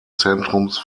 zentrums